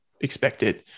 expected